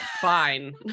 Fine